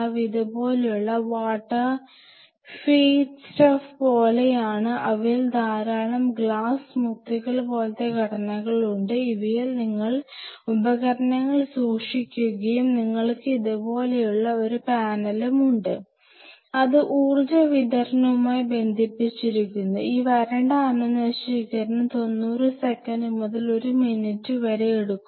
അവ ഇതുപോലുള്ള water feet stuff പോലെയാണ് അവയിൽ ധാരാളം ഗ്ലാസ് മുത്തുകൾ പോലത്തെ ഘടനകൾ ഉണ്ട് ഇവയിൽ നിങ്ങൾ ഉപകരണങ്ങൾ സൂക്ഷിക്കുകയും നിങ്ങൾക്ക് ഇതുപോലുള്ള ഒരു പാനലും ഉണ്ട് അത് ഊർജ്ജ വിതരണവുമായി ബന്ധിപ്പിച്ചിരിക്കുന്നു ഈ വരണ്ട അണുനശീകരണം 90 സെക്കൻഡ് മുതൽ ഒരു മിനിറ്റ് വരെ എടുക്കും